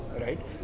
right